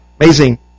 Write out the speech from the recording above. Amazing